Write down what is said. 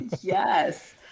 yes